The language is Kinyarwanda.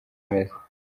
ameze